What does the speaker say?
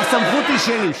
הסמכות היא שלי.